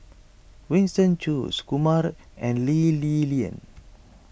Winston Choos Kumar and Lee Li Lian